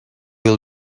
will